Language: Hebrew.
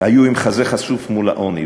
היו עם חזה חשוף מול העוני,